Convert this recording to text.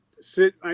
sit